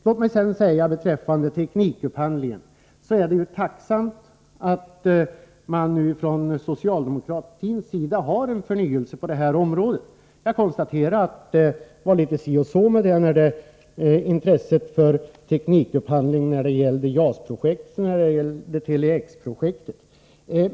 Låt mig sedan beträffande teknikupphandlingen säga att vi är tacksamma för att man från socialdemokratins sida nu vill ha förnyelse på detta område. Jag konstaterar att det var litet si och så med intresset för teknikupphandling när det gällde JAS-projektet och när det gällde TELE-X-projektet.